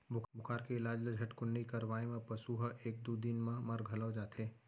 बुखार के इलाज ल झटकुन नइ करवाए म पसु ह एक दू दिन म मर घलौ जाथे